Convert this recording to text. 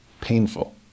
painful